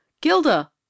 gilda